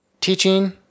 teaching